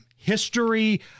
history